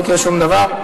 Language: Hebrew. לא יקרה שום דבר.